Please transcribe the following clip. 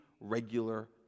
regular